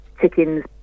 chickens